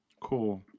Cool